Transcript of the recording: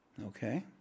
Okay